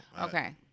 Okay